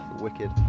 Wicked